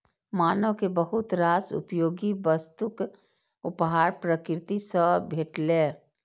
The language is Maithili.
मानव कें बहुत रास उपयोगी वस्तुक उपहार प्रकृति सं भेटलैए